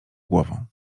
głową